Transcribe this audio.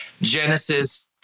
Genesis